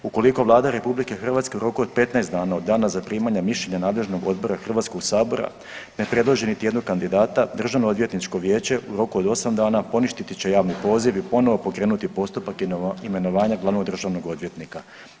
Ukoliko Vlada RH u roku od 15 dana od dana zaprimanja mišljenja nadležnog odbora Hrvatskog sabora ne predloži niti jednog kandidata Državno odvjetničko vijeće u roku od 8 dana poništiti će javni poziv i ponovo pokrenuti postupak imenovanja glavnog državnog odvjetnika.